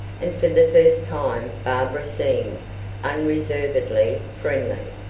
and for the first time barbara seemed unreservedly friendly.